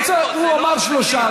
הוא אמר שלושה.